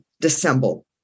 dissemble